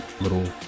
little